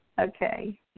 Okay